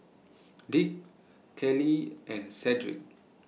Dick Kailee and Cedric